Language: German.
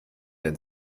den